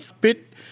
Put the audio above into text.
bit